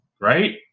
right